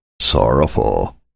sorrowful